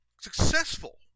successful